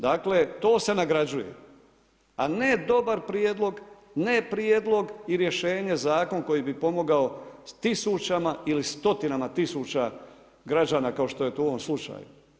Dakle to se nagrađuje a ne dobar prijedlog, ne prijedlog i rješenje zakon koji bi pomogao tisućama ili stotinama tisuća građana kao što je to u ovom slučaju.